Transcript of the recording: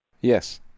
yes